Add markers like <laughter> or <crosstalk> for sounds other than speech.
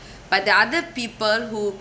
<breath> but the other people who